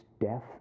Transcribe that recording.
death